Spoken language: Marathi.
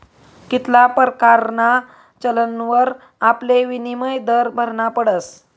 कित्ला परकारना चलनवर आपले विनिमय दर भरना पडस